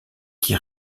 qui